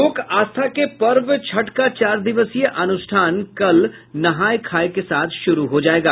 लोक आस्था के पर्व छठ का चार दिवसीय अनुष्ठान कल नहाय खाय के साथ शुरू हो जायेगा